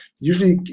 usually